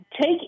take